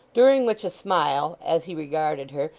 during which a smile, as he regarded her,